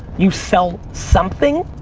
you sell something,